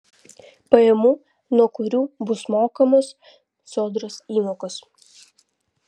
pajamų nuo kurių bus mokamos sodros įmokos